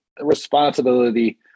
responsibility